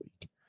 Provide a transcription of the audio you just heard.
week